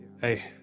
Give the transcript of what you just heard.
hey